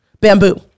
bamboo